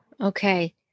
Okay